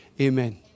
amen